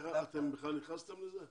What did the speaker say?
אתם נכנסתם לזה?